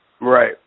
Right